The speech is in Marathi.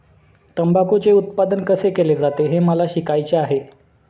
तंबाखूचे उत्पादन कसे केले जाते हे मला शिकायचे आहे